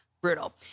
Brutal